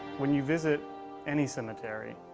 when you visit any cemetery,